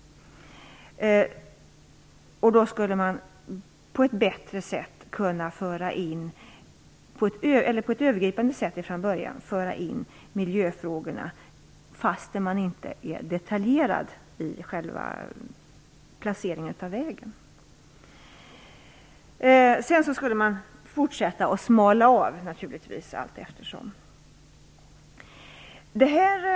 Man skulle då kunna föra in miljöfrågorna på ett övergripande sätt från början, trots att man ännu inte i detalj har fastslagit placeringen av vägen. Sedan skulle man naturligtvis allteftersom snäva in området.